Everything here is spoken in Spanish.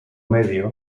medio